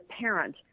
parent